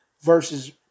versus